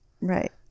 right